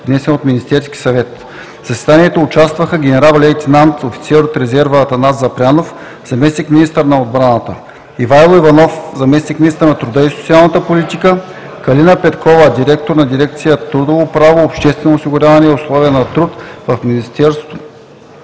внесен от Министерския съвет. В заседанието участваха генерал-лейтенант о.р. Атанас Запрянов – заместник-министър на отбраната, Ивайло Иванов, заместник-министър на труда и социалната политика, Калина Петкова, директор на дирекция „Трудово право, обществено осигуряване и условия на труд“ в Министерството